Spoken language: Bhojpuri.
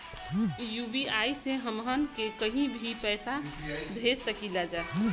यू.पी.आई से हमहन के कहीं भी पैसा भेज सकीला जा?